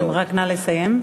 רק נא לסיים.